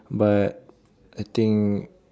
but I think